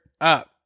up